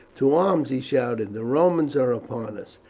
to arms! he shouted. the romans are upon us!